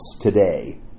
today